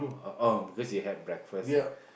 oh oh because you have breakfast